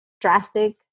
drastic